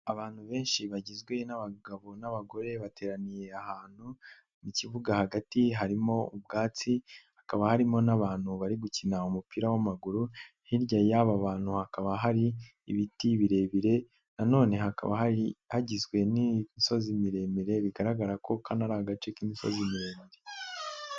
Abantu benshi bagizwe n'abagabo n'abagore bateraniye ahantu mu'ikibuga hagati harimo ubwatsi, hakaba harimo n'abantu bari gukina umupira w'amaguru, hirya y'aba bantu hakaba hari ibiti birebire, na none hakaba hari hagizwe n'imisozi miremire bigaragara ko ari agace k'imisozi miremire.